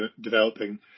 developing